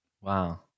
Wow